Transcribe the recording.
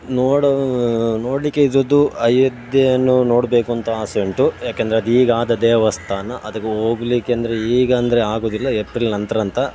ನೋಡು ನೋಡಲಿಕ್ಕೆ ಇದ್ದಿದ್ದು ಅಯೋಧ್ಯೆಯನ್ನು ನೋಡಬೇಕು ಅಂತ ಆಸೆ ಉಂಟು ಏಕೆಂದ್ರೆ ಅದು ಈಗ ಆದ ದೇವಸ್ಥಾನ ಅದಕ್ಕೆ ಹೋಗ್ಲಿಕ್ಕೆಂದ್ರೆ ಈಗಂದರೆ ಆಗುವುದಿಲ್ಲ ಎಪ್ರಿಲ್ ನಂತರ ಅಂತ